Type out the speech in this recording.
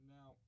Now